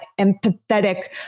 empathetic